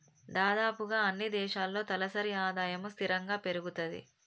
దాదాపుగా అన్నీ దేశాల్లో తలసరి ఆదాయము స్థిరంగా పెరుగుతది